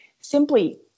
simply